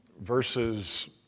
versus